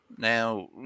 Now